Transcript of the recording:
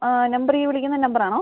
number ഈ വിളിക്കുന്ന നമ്പറാണോ